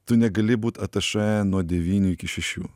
tu negali būt atašė nuo devynių iki šešių